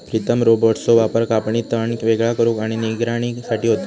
प्रीतम रोबोट्सचो वापर कापणी, तण वेगळा करुक आणि निगराणी साठी होता